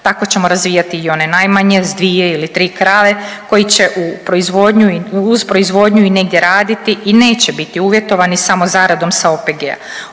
Tako ćemo razvijati i one najmanje sa dvije ili tri krave koji će uz proizvodnju i negdje raditi i neće biti uvjetovani samo zaradom sa OPG-a.